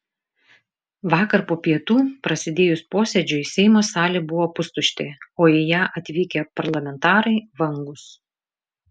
vakar po pietų prasidėjus posėdžiui seimo salė buvo pustuštė o į ją atvykę parlamentarai vangūs